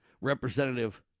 representative